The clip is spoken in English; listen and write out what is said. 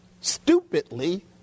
stupidly